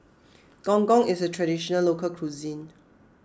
Gong Gong is a Traditional Local Cuisine